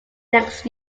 next